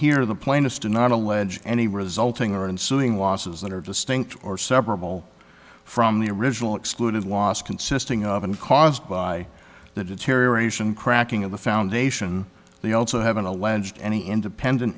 here the plainest and not allege any resulting are ensuing losses that are distinct or separable from the original excluded loss consisting of and caused by the deterioration cracking of the foundation they also have been alleged any independent